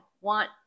want